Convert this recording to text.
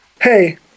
hey